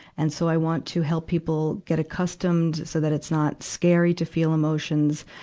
and so, i want to help people get accustomed so that it's not scary to feel emotions.